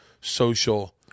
social